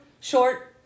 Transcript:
Short